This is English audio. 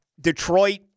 Detroit